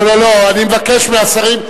לא, אני מבקש מהשרים.